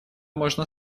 можно